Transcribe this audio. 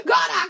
God